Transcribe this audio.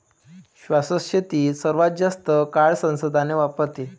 शाश्वत शेती सर्वात जास्त काळ संसाधने वापरते